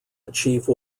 achieve